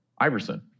Iverson